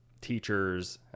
teachers